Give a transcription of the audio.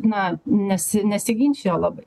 na nesi nesiginčijo labai